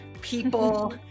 people